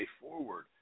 forward